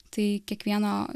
tai kiekvieno